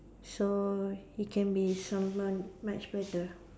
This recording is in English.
so he can be someone much better